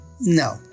no